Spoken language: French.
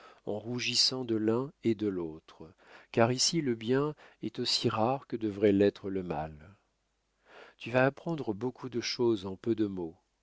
en rougissant de l'un et de l'autre car ici le bien est aussi rare que devrait l'être le mal tu vas apprendre beaucoup de choses en peu de mots